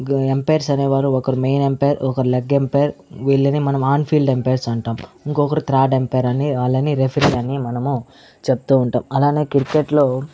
గ ఎంపైర్స్ అనేవారు ఒకరు మెయిన్ ఎంపైర్ ఒకరు లెగ్ ఎంపైర్ వీళ్ళని మనం ఆన్ ఫీల్డ్ ఎంపైర్స్ అంటాం ఇంకొకరు థ్రాడ్ ఎంపైర్ అని ఆళ్ళని రిఫరీ అని మనము చెప్తూ ఉంటాం అలానే క్రికెట్ లో